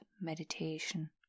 meditation